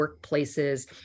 workplaces